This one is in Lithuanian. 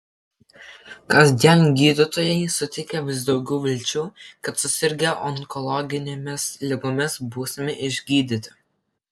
kasdien gydytojai suteikia vis daugiau vilčių kad susirgę onkologinėmis ligomis būsime išgydyti